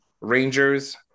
Rangers